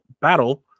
battle